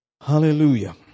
Hallelujah